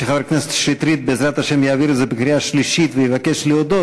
כשחבר הכנסת שטרית בעזרת השם יעביר את זה בקריאה שלישית ויבקש להודות,